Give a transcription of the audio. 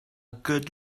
good